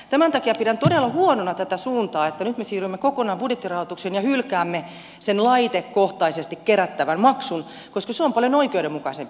tämän takia pidän todella huonona tätä suuntaa että nyt me siirrymme kokonaan budjettirahoitukseen ja hylkäämme sen laitekohtaisesti kerättävän maksun koska se on paljon oikeudenmukaisempi